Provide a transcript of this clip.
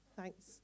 Thanks